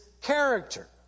character